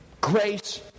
Grace